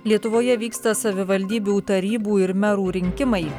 lietuvoje vyksta savivaldybių tarybų ir merų rinkimai